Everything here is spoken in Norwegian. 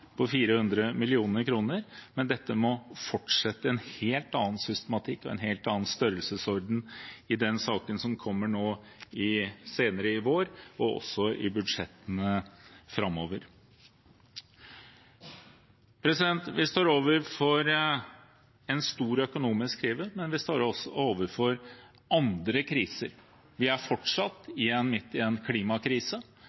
på 400 mill. kr, men dette må fortsette med en helt annen systematikk og i en helt annen størrelsesorden i den saken som kommer senere i vår, og også i budsjettene framover. Vi står overfor en stor økonomisk krise, men vi står også overfor andre kriser. Vi er